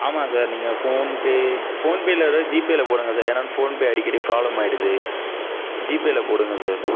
ஆமாம் சார் நீங்கள் PhonePe PhonePe இல்லாத ஜிபேவில போடுங்க சார் ஏன்னா எனக்கு ஃபோன்பே அடிக்கடி ப்ராப்ளம் ஆயிடுது ஜிபேவில போடுங்க சார்